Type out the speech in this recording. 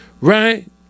right